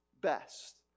best